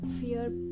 fear